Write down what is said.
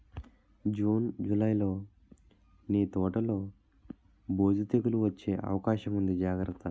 June, జూలైలో నీ తోటలో బూజు, తెగులూ వచ్చే అవకాశముంది జాగ్రత్త